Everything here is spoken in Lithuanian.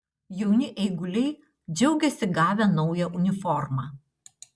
jauni eiguliai džiaugiasi gavę naują uniformą